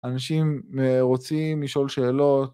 אנשים רוצים לשאול שאלות.